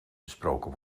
besproken